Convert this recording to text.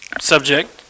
subject